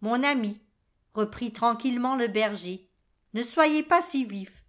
mon ami reprit tranquillement le berger ne soyez pas si vif